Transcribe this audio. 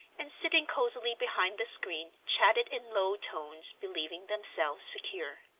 and sitting cosily behind the screen chatted in low tones believing themselves secure.